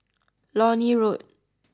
Lornie Road